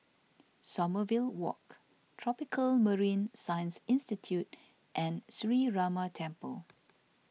Sommerville Walk Tropical Marine Science Institute and Sree Ramar Temple